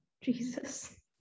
Jesus